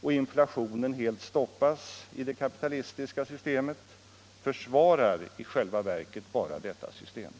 och inflationen helt stoppas i det kapitalistiska systemet försvarar i själva verket bara detta system.